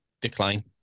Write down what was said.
decline